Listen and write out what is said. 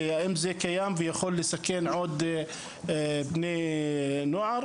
והאם זה קיים ויכול לסכן עוד בני נוער?